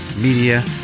Media